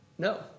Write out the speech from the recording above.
No